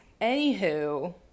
Anywho